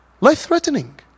Life-threatening